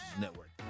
Network